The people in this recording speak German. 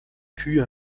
kühe